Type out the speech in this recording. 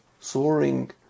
soaring